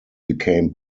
became